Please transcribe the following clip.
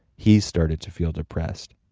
he's started to feel depressed.